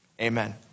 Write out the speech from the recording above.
Amen